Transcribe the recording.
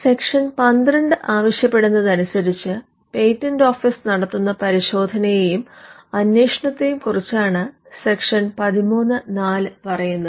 section 12 ആവശ്യപ്പെടുന്നതനുസരിച്ച് patent office നടത്തുന്ന പരിശോധനയെയും അന്വേഷണത്തെയും കുറിച്ചാണ് സെക്ഷൻ 13 section 13 പറയുന്നത്